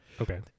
Okay